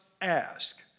ask